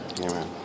Amen